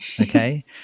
okay